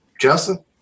Justin